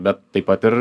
bet taip pat ir